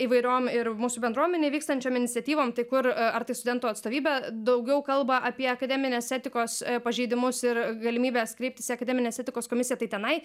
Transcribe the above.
įvairiom ir mūsų bendruomenėj vykstančiom iniciatyvom tai kur ar tai studentų atstovybė daugiau kalba apie akademinės etikos pažeidimus ir galimybes kreiptis į akademinės etikos komisiją tai tenai